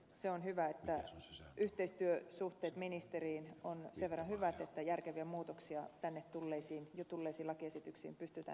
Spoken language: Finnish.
se on hyvä että yhteistyösuhteet ministeriin ovat sen verran hyvät että järkeviä muutoksia tänne jo tulleisiin lakiesityksiin pystytään tekemään